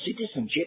citizenship